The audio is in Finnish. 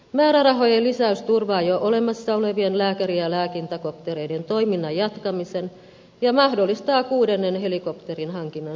määrärahojen lisäys turvaa jo olemassa olevien lääkäri ja lääkintäkoptereiden toiminnan jatkamisen ja mahdollistaa kuudennen helikopterin hankinnan suomeen